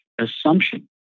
assumption